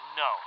no